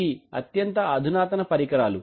ఇవి అత్యంత అధునాతన పరికరాలు